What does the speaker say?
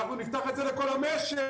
ואנחנו נפתח את זה לכל המשק,